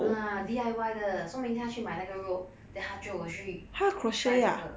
ah D_I_Y 的说明他要去买那个 rope then 他就去 try 这个